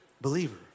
believer